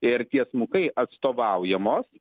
ir tiesmukai atstovaujamos